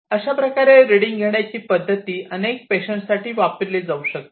अशाप्रकारे रीडिंग घेण्याची पद्धती अनेक पेशंट साठी वाढवली जाऊ शकते